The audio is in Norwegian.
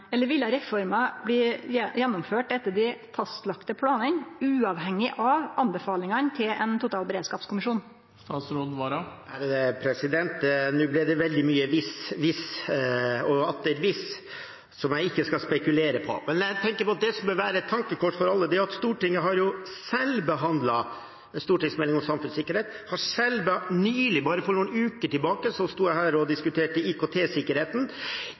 Eller ville reforma bli gjennomført etter dei fastlagde planane, uavhengig av anbefalingane til ein totalberedskapskommisjon? Nå ble det veldig mye hvis, hvis og atter hvis, som jeg ikke skal spekulere på. Men det som bør være et tankekors for alle, er at Stortinget har selv behandlet stortingsmeldingen om samfunnssikkerhet, og nylig, bare for noen uker tilbake, sto jeg her og diskuterte